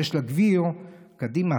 אז קדימה,